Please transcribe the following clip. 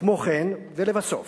כמו כן, לבסוף,